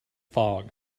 fog